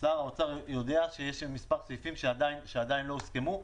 שר האוצר יודע שיש מספר סעיפים שעדיין לא הוסכמו.